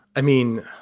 i mean